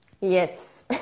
Yes